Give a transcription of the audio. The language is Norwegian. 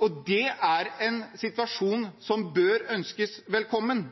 og det er en situasjon som bør ønskes velkommen.